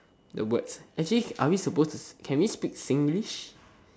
the words actually are we supposed to can we speak Singlish